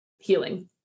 Healing